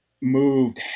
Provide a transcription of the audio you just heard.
moved